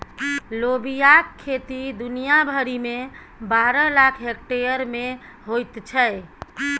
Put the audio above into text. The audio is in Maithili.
लोबियाक खेती दुनिया भरिमे बारह लाख हेक्टेयर मे होइत छै